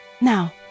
Now